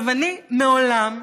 אני מעולם,